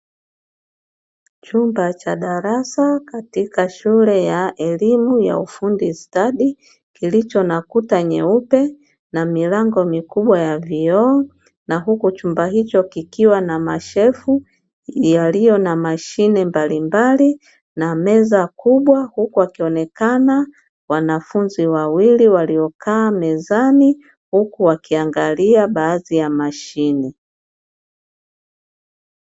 Chumba cha darasa katika shule yea elimu ya ufundi stadi kilicho na kuta nyeupe na milango mikubwa ya vioo na huku chumba hicho kikiwa na mashelfu yaliyo na mashine mbalimbali na meza kubwa huku akionekana wanafunzi wawili waliokaa mezani huku wakiangalia baadhi ya mashine.